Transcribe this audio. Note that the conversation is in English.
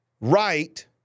right